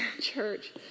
church